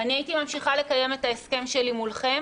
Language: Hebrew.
הייתי ממשיכה לקיים את ההסכם שלי מולכם